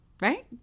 Right